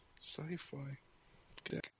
Sci-fi